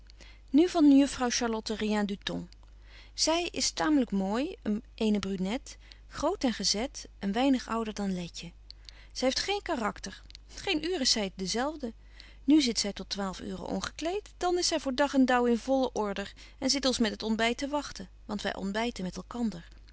nu van juffrouw charlotte rien du tout zy is taamlyk mooi eene brunet groot en gezet een weinig ouder dan letje zy heeft geen karakter geen uur is zy dezelfde nu zit zy tot twaalf uuren ongekleed dan is zy voor dag en daauw in volle order en zit ons met het ontbyt te wagten want wy ontbyten met elkander